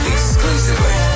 Exclusively